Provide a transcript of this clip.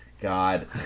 God